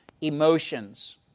emotions